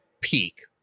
peak